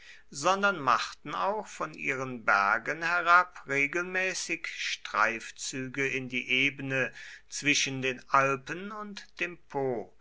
sondern machten auch von ihren bergen herab regelmäßig streifzüge in die ebene zwischen den alpen und dem po